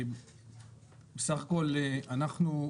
סך הכל אנחנו,